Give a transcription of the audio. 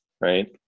right